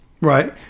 Right